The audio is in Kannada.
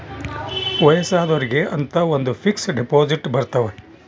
ವಯಸ್ಸಾದೊರ್ಗೆ ಅಂತ ಒಂದ ಫಿಕ್ಸ್ ದೆಪೊಸಿಟ್ ಬರತವ